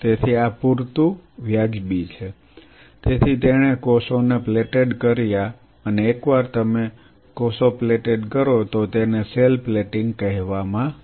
તેથી આ પૂરતું વાજબી છે તેથી તેણે કોષોને પ્લેટેડ કર્યા અને એકવાર તમે કોષો પ્લેટેડ કરો તો તેને સેલ પ્લેટિંગ કહેવામાં આવે છે